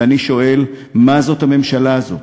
ואני שואל: מה זאת הממשלה הזאת?